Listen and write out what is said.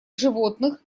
животных